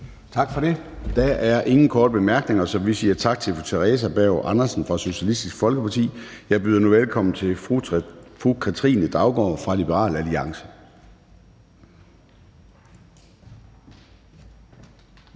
Tak for det. Der er ingen korte bemærkninger, så vi siger tak til fru Theresa Berg Andersen fra Socialistisk Folkeparti. Jeg byder nu velkommen til fru Katrine Daugaard fra Liberal Alliance.